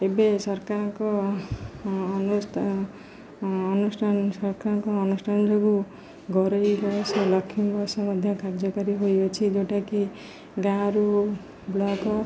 ଏବେ ସରକାରଙ୍କ ଅନୁଷ୍ଠାନ ସରକାରଙ୍କ ଅନୁଷ୍ଠାନ ଯୋଗୁଁ ଘରୋଇ ବସ୍ ଲକ୍ଷ୍ମୀ ବସ୍ ମଧ୍ୟ କାର୍ଯ୍ୟକାରୀ ହୋଇଅଛି ଯେଉଁଟାକି ଗାଁରୁ ବ୍ଲକ୍